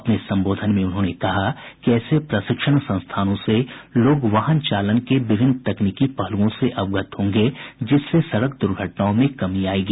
अपने संबोधन में उन्होंने कहा कि ऐसे प्रशिक्षण संस्थानों से लोग वाहन चालन के विभिन्न तकनीकी पहलुओं से अवगत होंगे जिससे सड़क दुर्घटनाओं में कमी आयेगी